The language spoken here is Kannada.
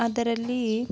ಅದರಲ್ಲಿ